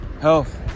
Health